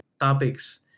topics